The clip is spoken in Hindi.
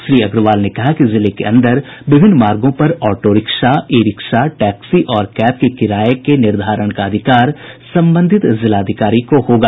श्री अग्रवाल ने कहा कि जिले के अंदर विभिन्न मार्गों पर auto rickshaw e rickshaw taxi और कैब के किराये के निर्धारण का अधिकार संबंधित जिलाधिकारी को होगा